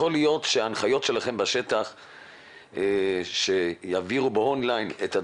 יכול להיות שההנחיות שלכם בשטח שיעבירו באון-ליין את הדברים,